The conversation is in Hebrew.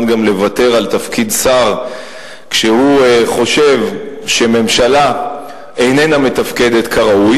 גם לוותר על תפקיד שר כשהוא חושב שממשלה איננה מתפקדת כראוי,